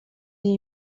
die